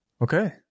Okay